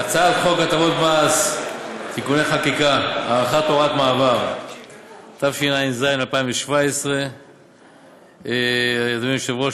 2017. אדוני היושב-ראש,